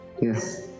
Yes